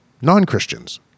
non-Christians